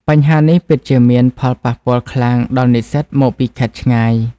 បញ្ហានេះពិតជាមានផលប៉ះពាល់ខ្លាំងដល់និស្សិតមកពីខេត្តឆ្ងាយ។